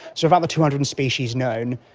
so of the two hundred and species known,